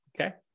Okay